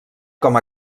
com